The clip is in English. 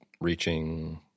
reaching